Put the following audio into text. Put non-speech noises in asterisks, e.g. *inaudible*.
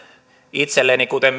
itselleni kuten *unintelligible*